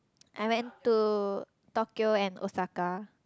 I went to Tokyo and Osaka